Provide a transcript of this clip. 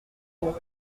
mots